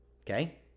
Okay